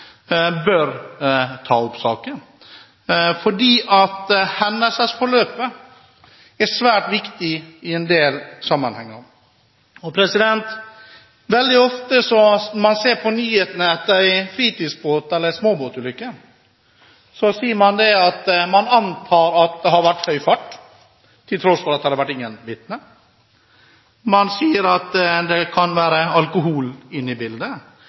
bør ta opp saken, fordi hendelsesforløpet er svært viktig i en del sammenhenger. Veldig ofte når man ser på nyhetene etter en fritidsbåt- eller småbåtulykke, sier man at man antar at det har vært høy fart til tross for at det ikke har vært noen vitner. Man sier at det kan være alkohol inne i bildet